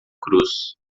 cruz